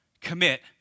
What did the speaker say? commit